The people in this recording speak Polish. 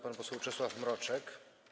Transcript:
Pan poseł Czesław Mroczek.